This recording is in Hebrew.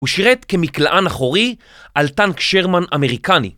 ‫הוא שירת כמקלען אחורי ‫על טנק שרמן אמריקני.